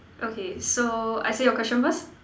okay so I say your question first